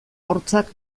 hortzak